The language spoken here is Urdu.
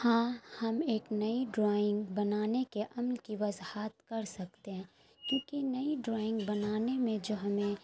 ہاں ہم ایک نئی ڈرائنگ بنانے کے عمل کی وضاحت کر سکتے ہیں کیونکہ نئی ڈرائنگ بنانے میں جو ہمیں